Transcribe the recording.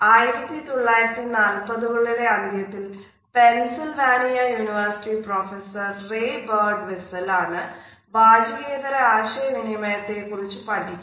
1940 കളുടെ അന്ത്യത്തിൽ Pennsylvania university professor Ray Birdwhistell ആണ് വാചികേതര ആശയവിനിമയത്തെ കുറിച് പഠിക്കുന്നത്